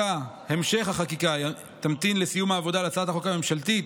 המשך החקיקה ימתין לסיום העבודה על הצעת החוק הממשלתית,